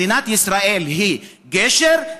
מדינת ישראל היא גשר,